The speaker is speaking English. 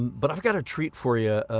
but i've got a treat for you,